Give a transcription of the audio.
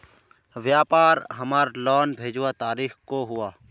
व्यापार हमार लोन भेजुआ तारीख को हुआ?